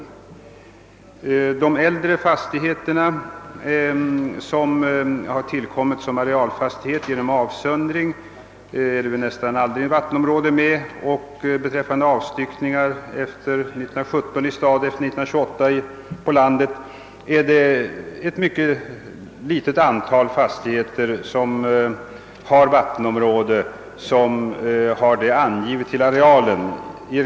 För de äldre fastigheter, som har tillkommit som arealfastigheter genom avsöndring, ingår nästan aldrig vattenområden i den angivna arealen. Och beträffande avstyckningar efter 1917 i stad och efter 1928 på landsbygden är det ett mycket litet antal fastigheter med vattenområde som har detta angivet i arealuppgiften.